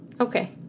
Okay